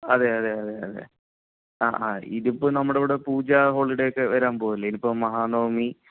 അതേയതേ അതേയതേ ആ ആ ഇതിപ്പോൾ നമ്മുടെയിവിടെ പൂജ ഹോളിഡേയൊക്കെ വരാൻ പോവുകയല്ലേ ഇനിയിപ്പോൾ മഹാനവമി ആണിപ്പോൾ